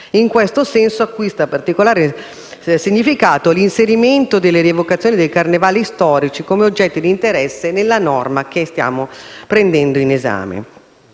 In questo senso acquista particolare significato l'inserimento delle rievocazioni dei carnevali storici come oggetti di interesse nella norma che stiamo prendendo in esame.